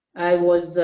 i was